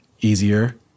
easier